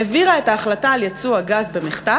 העבירה את ההחלטה על ייצוא הגז במחטף,